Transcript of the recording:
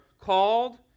called